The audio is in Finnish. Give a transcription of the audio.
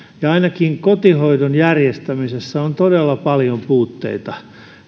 ainakin kotihoidon järjestämisessä on todella paljon puutteita